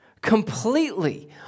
completely